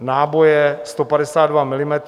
náboje 152 milimetrů?